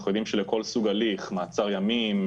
אנחנו יודעים שלכל סוג הליך מעצר ימים,